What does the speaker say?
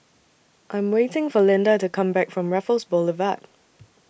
I Am waiting For Linda to Come Back from Raffles Boulevard